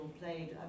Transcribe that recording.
played